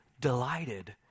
delighted